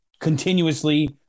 continuously